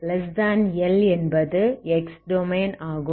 0xL என்பது x domain ஆகும்